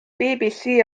bbc